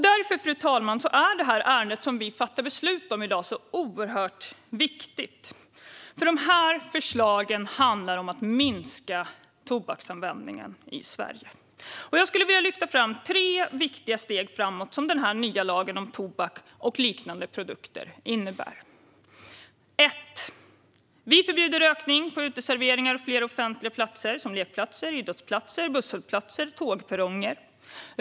Därför, fru talman, är det ärende vi ska fatta beslut om oerhört viktigt, för förslagen handlar om att minska tobaksanvändningen i Sverige. Jag vill lyfta fram tre viktiga steg framåt som den nya lagen om tobak och liknande produkter innebär. För det första: Vi förbjuder rökning på uteserveringar och flera offentliga platser, såsom lekplatser, idrottsplatser, busshållplatser och tågperronger.